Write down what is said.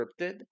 scripted